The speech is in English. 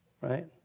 right